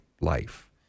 life